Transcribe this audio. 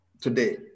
today